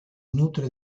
nutre